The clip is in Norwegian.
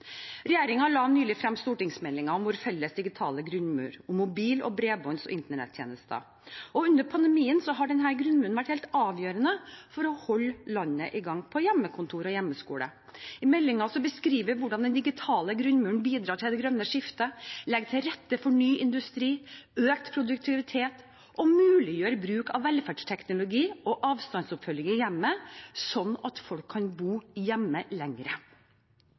la nylig frem stortingsmeldingen om vår felles digitale grunnmur, om mobil-, bredbånds- og internettjenester. Under pandemien har denne grunnmuren vært helt avgjørende for å holde landet i gang på hjemmekontor og hjemmeskole. I meldingen beskriver vi hvordan den digitale grunnmuren bidrar til det grønne skiftet, legger til rette for ny industri og økt produktivitet og muliggjør bruk av velferdsteknologi og avstandsoppfølging i hjemmet, slik at folk kan bo hjemme